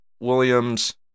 Williams